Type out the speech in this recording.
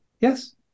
Yes